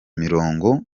imirongo